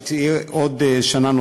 שתהיה עוד שנה,